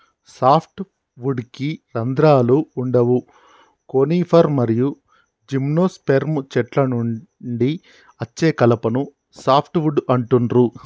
soft వుడ్కి రంధ్రాలు వుండవు కోనిఫర్ మరియు జిమ్నోస్పెర్మ్ చెట్ల నుండి అచ్చే కలపను సాఫ్ట్ వుడ్ అంటుండ్రు